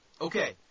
Okay